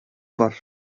бар